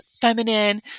feminine